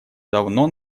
давно